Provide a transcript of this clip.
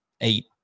eight